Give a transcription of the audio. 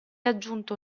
aggiunto